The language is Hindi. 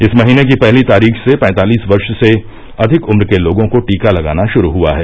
इस महीने की पहली तारीख से पैंतालीस वर्ष से अधिक उम्र के लोगों को टीका लगाना शुरू हुआ है